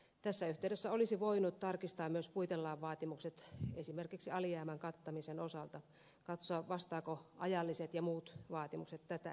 tässä yhteydessä olisi voinut tarkistaa myös puitelain vaatimukset esimerkiksi alijäämän kattamisen osalta katsoa vastaavatko ajalliset ja muut vaatimukset tätä hetkeä